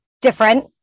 different